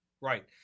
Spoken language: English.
right